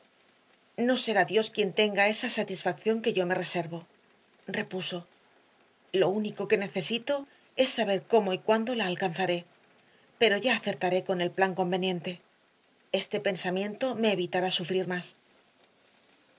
no será dios quien tenga esa satisfacción que yo me reservo repuso lo único que necesito es saber cómo y cuándo la alcanzaré pero ya acertaré con el plan conveniente este pensamiento me evitará sufrir más